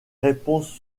réponses